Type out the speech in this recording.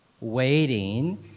Waiting